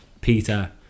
Peter